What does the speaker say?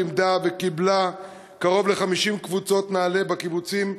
לימדה וקיבלה קרוב ל-50 קבוצות נעל"ה בקיבוצים,